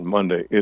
Monday